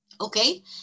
Okay